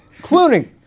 Cloning